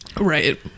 Right